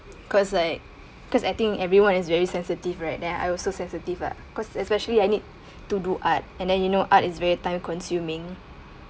cause I cause I think everyone is very sensitive right there I also sensitive ah cause especially I need to do art and then you know art is very time consuming